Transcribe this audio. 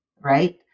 right